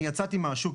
יצאתי מהשוק,